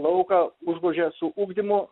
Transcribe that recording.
lauką užgožia su ugdymu